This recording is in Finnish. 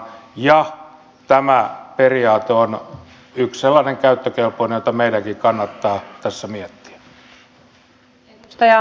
ja tämä periaate on yksi sellainen käyttökelpoinen jota meidänkin kannattaa tässä miettiä